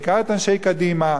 בעיקר את אנשי קדימה: